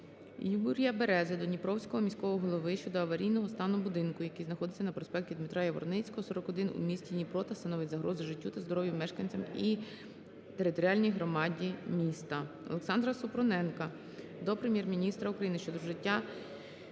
Юрія Берези до Дніпровського міського голови щодо аварійного стану будинку, що знаходиться на проспекті Дмитра Яворницького, 41 у місті Дніпро та становить загрозу життю та здоров'ю мешканцям і територіальній громаді міста. Олександра Супруненка до Прем'єр-міністра України щодо вжиття